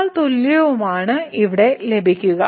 F ന് ഇത് 115 നും 94 നും ഇടയിലാണെന്ന് കണക്കാക്കുന്നു